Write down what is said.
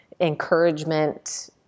encouragement